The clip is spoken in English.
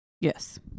Yes